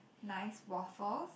nice waffles